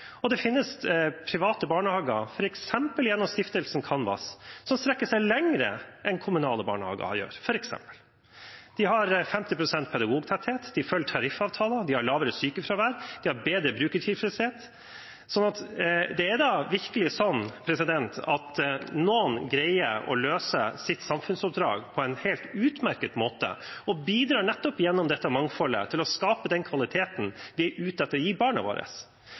stiftelse. Det finnes private barnehager, f.eks. gjennom stiftelsen Kanvas, som strekker seg lenger enn kommunale barnehager gjør. De har 50 pst. pedagogtetthet. De følger tariffavtaler. De har lavere sykefravær. De har høyere brukertilfredshet. Det er virkelig sånn at noen greier å løse sitt samfunnsoppdrag på en helt utmerket måte, og de bidrar nettopp gjennom dette mangfoldet til å skape den kvaliteten vi er ute etter å gi barna våre.